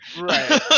Right